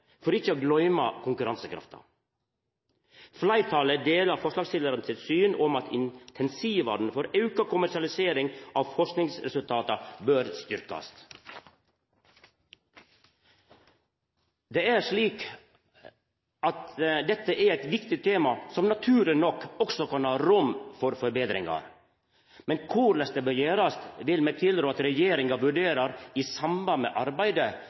for ikkje å gløyma konkurransekrafta. Fleirtalet deler forslagsstillarane sitt syn om at ein bør styrkja intensiva for auka kommersialisering av forskingsresultata. Det er slik at dette er eit viktig tema, som naturleg nok også kan ha rom for forbetringar. Men korleis det bør gjerast, vil me tilrå at regjeringa vurderer i samband med arbeidet